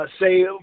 Say